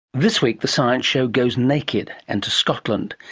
this week the science show goes naked and to scotland.